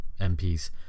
MPs